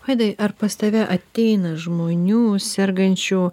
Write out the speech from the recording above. vaidai ar pas tave ateina žmonių sergančių